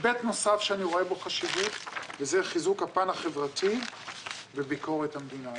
היבט נוסף שאני רואה בו חשיבות- וזה חיזוק הפן החברתי בביקורת המדינה.